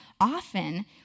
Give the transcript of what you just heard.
Often